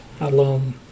alone